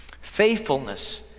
Faithfulness